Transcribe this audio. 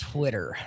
Twitter